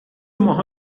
ماها